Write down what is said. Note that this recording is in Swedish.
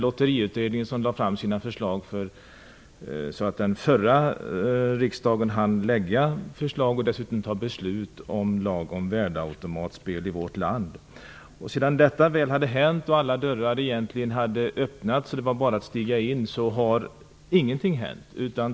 Lotteriutredningen lade fram sitt förslag i sådan tid att den förra riksdagen hann lägga fram förslag och dessutom fatta beslut om en lag om värdeautomatspel i vårt land. Sedan detta väl hade hänt och alla dörrar egentligen öppnats så att det bara var att stiga in har ingenting hänt.